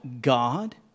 God